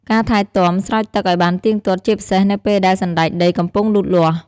ការថែទាំ ស្រោចទឹកឱ្យបានទៀងទាត់ ជាពិសេសនៅពេលដែលសណ្តែកដីកំពុងលូតលាស់។